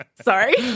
Sorry